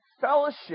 fellowship